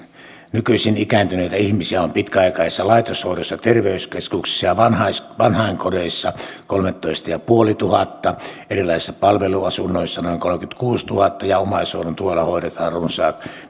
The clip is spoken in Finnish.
nykyisin ikääntyneitä ihmisiä on pitkäaikaisessa laitoshoidossa terveyskeskuksissa ja vanhainkodeissa kolmetoistatuhattaviisisataa ja erilaisissa palveluasunnoissa noin kolmekymmentäkuusituhatta ja omaishoidon tuella hoidetaan runsaat